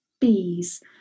bees